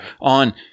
On